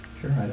Sure